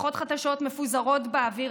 הבטחות חדשות מפוזרות באוויר,